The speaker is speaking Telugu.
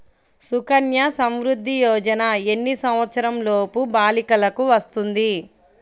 సుకన్య సంవృధ్ది యోజన ఎన్ని సంవత్సరంలోపు బాలికలకు వస్తుంది?